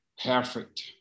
perfect